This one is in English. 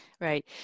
right